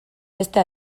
beste